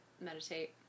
meditate